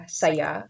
saya